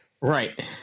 right